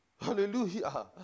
Hallelujah